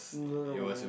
no no